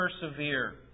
persevere